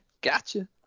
Gotcha